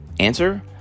answer